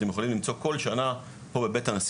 אתם יכולים למצוא כל שנה פה בבית הנשיא